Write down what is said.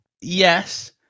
Yes